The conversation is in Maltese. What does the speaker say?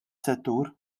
settur